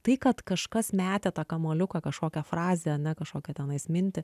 tai kad kažkas metė tą kamuoliuką kažkokią frazę ane kažkokią tenais mintį